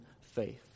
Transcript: faith